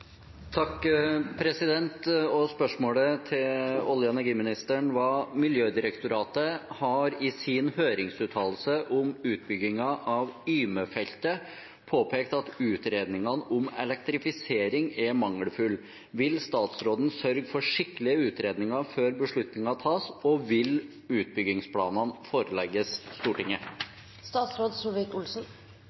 energiministeren er: «Miljødirektoratet har i sin høringsuttalelse om utbyggingen av Yme-feltet påpekt at utredningene om elektrifisering er mangelfulle. Vil statsråden sørge for skikkelige utredninger før beslutning tas, og vil utbyggingsplanene forelegges